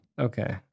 Okay